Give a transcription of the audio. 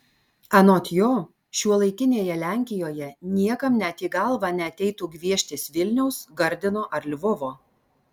anot jo šiuolaikinėje lenkijoje niekam net į galvą neateitų gvieštis vilniaus gardino ar lvovo